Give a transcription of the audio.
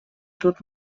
тут